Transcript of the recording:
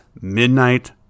midnight